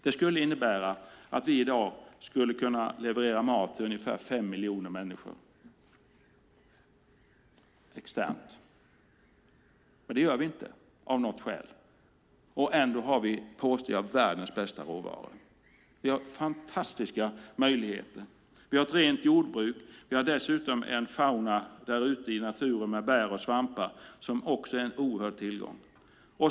Det skulle innebära att vi i dag skulle kunna leverera mat till ungefär fem miljoner människor externt. Men det gör vi inte av något skäl. Ändå har vi, påstår jag, världens bästa råvaror. Vi har fantastiska möjligheter. Vi har ett rent jordbruk. Vi har dessutom en fauna med bär och svampar som är en oerhörd tillgång.